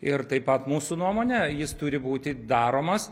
ir taip pat mūsų nuomone jis turi būti daromas